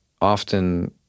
often